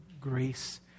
grace